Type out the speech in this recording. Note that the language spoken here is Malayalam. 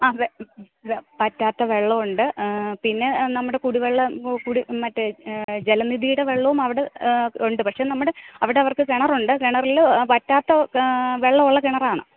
ആ വറ്റാത്ത വെള്ളം ഉണ്ട് പിന്നെ നമ്മുടെ കുടിവെള്ളം കുടി മറ്റേ ജലനിധിയുടെ വെള്ളവും അവിടെ ഉണ്ട് പക്ഷേ നമ്മുടെ അവിടെ അവർക്കു കിണറുണ്ട് കിണറില് വറ്റാത്ത വെള്ളമുള്ള കിണറാണ്